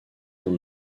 dans